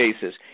basis